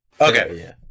Okay